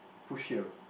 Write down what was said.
push here